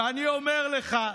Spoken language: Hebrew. ואני אומר לך: